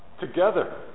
together